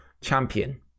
champion